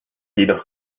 jedoch